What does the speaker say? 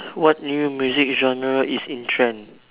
what new music genre is in trend